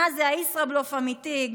מה זה, ישראבלוף אמיתי.